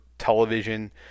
television